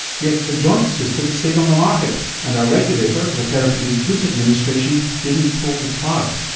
yet the joint system stayed on the market and our regulator, the therapeutic goods administration didn't pull the plug.